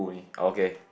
okay